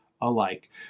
alike